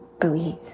Believe